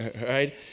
right